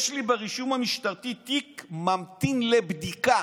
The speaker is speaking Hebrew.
יש לי ברישום המשטרתי תיק ממתין לבדיקה,